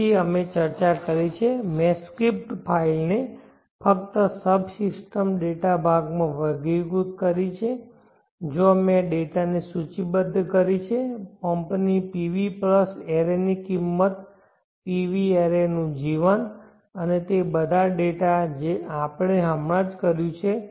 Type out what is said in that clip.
તેથી અમે ચર્ચા કરી મેં સ્ક્રિપ્ટ ફાઇલને ફક્ત સબસિસ્ટમ ડેટા ભાગમાં વર્ગીકૃત કરી છે જ્યાં મેં ડેટાની સૂચિબદ્ધ કરી છે પમ્પની PV પ્લસ એરેની કિંમત PV એરેનું જીવન અને તે બધા ડેટા જે આપણે હમણાં જ કર્યું છે